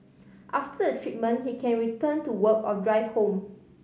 after the treatment he can return to work or drive home